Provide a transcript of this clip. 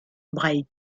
braille